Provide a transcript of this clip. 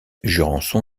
jurançon